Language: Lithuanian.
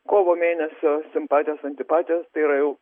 kovo mėnesio simpatijos antipatijos tai yra jau